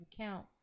account